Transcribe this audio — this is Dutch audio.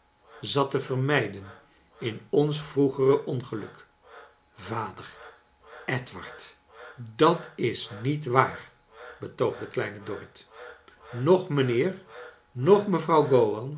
zat te vermeiden in ons vroegere ongeluk vader edward dat is niet waar betoogde kleine dorrit noch mijnheer noch mevrouw